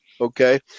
Okay